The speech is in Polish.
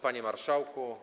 Panie Marszałku!